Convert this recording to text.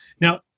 Now